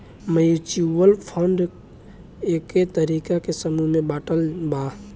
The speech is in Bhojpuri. म्यूच्यूअल फंड कए तरीका के समूह में बाटल बा